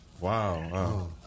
wow